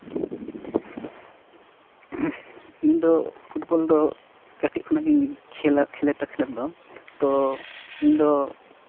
ᱤᱧ ᱫᱚ ᱯᱷᱩᱴᱵᱚᱞ ᱫᱚ ᱠᱟᱹᱴᱤᱡ ᱠᱷᱚᱱᱟᱜ ᱜᱮᱧ ᱠᱷᱮᱹᱞᱟ ᱠᱷᱮᱹᱞᱳᱰᱟ ᱠᱷᱮᱹᱞᱳᱰ ᱫᱚ ᱛᱚ ᱤᱧ ᱫᱚ